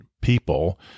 people